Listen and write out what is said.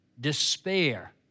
despair